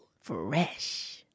Fresh